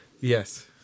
Yes